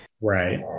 Right